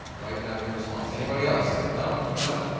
write down your response. anybody else? no? no?